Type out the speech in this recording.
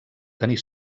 tenir